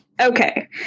Okay